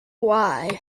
why